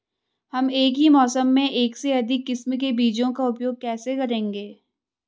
हम एक ही मौसम में एक से अधिक किस्म के बीजों का उपयोग कैसे करेंगे?